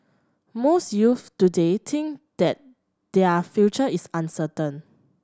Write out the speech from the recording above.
most youths today think that their future is uncertain